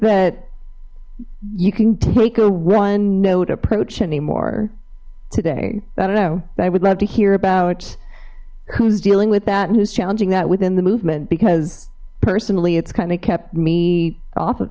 that you can take a one note approach any more today i don't know i would love to hear about who's dealing with that and who's challenging that within the movement because personally it's kind of kept me off of